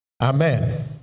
Amen